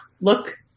look